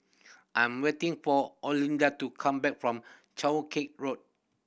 I'm waiting for Olinda to come back from Cheow Kee Road